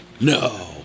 No